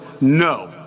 no